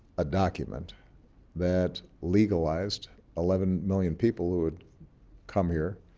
a document that legalized eleven million people who had come here